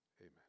Amen